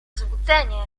złudzenie